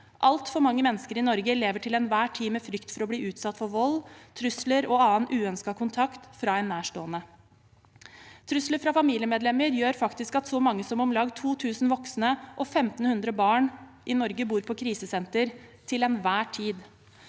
Altfor mange mennesker i Norge lever til enhver tid med frykt for å bli utsatt for vold, trusler og annen uønsket kontakt fra en nærstående. Trusler fra familiemedlemmer gjør faktisk at så mange som om lag 2 000 voksne og 1 500 barn i Norge bor på krisesenter til enhver tid.